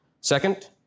Second